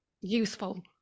useful